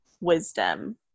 wisdom